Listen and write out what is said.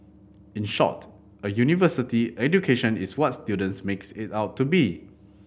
in short a university education is what students makes it out to be